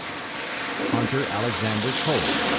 hunter alexander cole.